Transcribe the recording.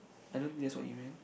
I don't that's what you meant